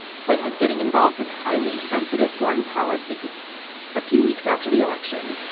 flynn was getting involved with highly sensitive foreign policy a few weeks after the election,